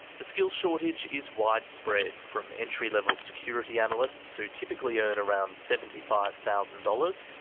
the skills shortage is widespread, from entry level security analysts who typically earn around seventy five thousand dollars,